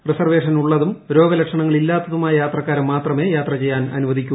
റിസർവേഷനുള്ളതും രോഗലക്ഷണങ്ങളില്ലാത്തതുമായ യാത്രക്കാരെ മാത്രമേ യാത്ര ചെയ്യാൻ അനുവദിക്കുക